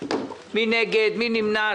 מי נגד, מי נמנע?